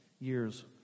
years